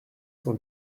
cent